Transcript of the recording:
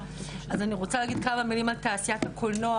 אז אני רוצה להגיד כמה מלים על תעשיית הקולנוע,